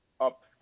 up